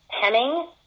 Hemming